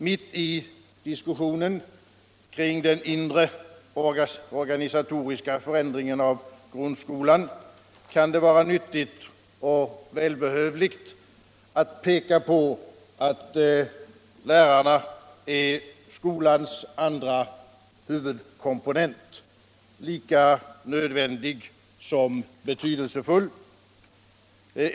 Mitt i diskussionen kring den inre organisatoriska förändringen av grundskolan kan det vara nyttigt och välbehövligt att peka på att lärarna är skolans andra huvudkomponent, lika nödvändig som betydelsefull.